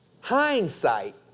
Hindsight